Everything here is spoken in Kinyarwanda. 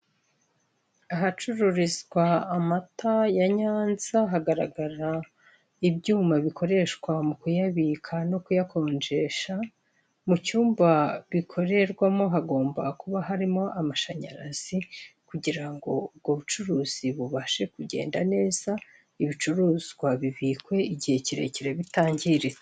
Ahacururizwa amata ya Nyanza, hagaragara ibyuma bikoreshwa mukuyabika no kuyakonjesha, mu cyumba bikorerwamo hagomba kuba harimo amashanyarazi, kugira ngo ubwo bucuruzi bubashe kugenda neza, ibicuruzwa bibikwe igihe kirekire bitangiritse.